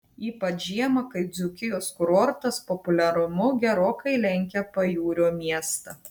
ypač žiemą kai dzūkijos kurortas populiarumu gerokai lenkia pajūrio miestą